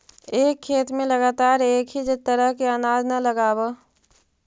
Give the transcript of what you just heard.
एक खेत में लगातार एक ही तरह के अनाज न लगावऽ